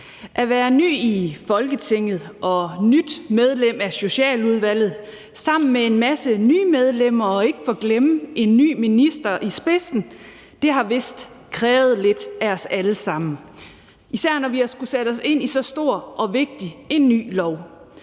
At være ny i Folketinget og nyt medlem af Socialudvalget sammen med en masse nye medlemmer og ikke at forglemme en ny minister i spidsen har vist krævet lidt af os alle sammen, især når vi har skullet sætte os ind i så stor og vigtig en ny lov.